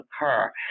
occur